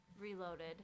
reloaded